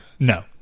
No